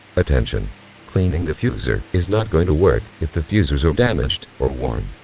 attention cleaning the fusers is not going to work if the fusers are damaged or worn.